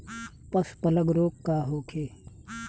पशु प्लग रोग का होखे?